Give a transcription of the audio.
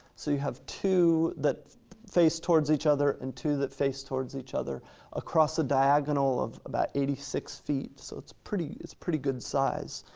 so you have two that face towards each other and two that face towards each other across a diagonal of about eighty six feet, so it's pretty it's pretty good-sized.